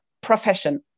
profession